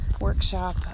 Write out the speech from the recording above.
workshop